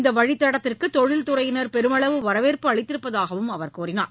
இந்த வழித்தடத்திற்கு தொழில் துறையினர் பெருமளவு வரவேற்பு அளித்திருப்பதாகவும் அவர் கூறினார்